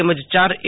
તેમજ યાર એ